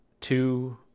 two